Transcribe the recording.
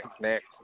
next